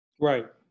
right